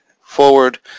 forward